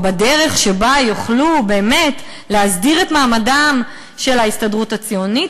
או בדרך שבה יוכלו באמת להסדיר את מעמדן של ההסתדרות הציונית